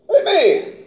Amen